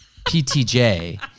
PTJ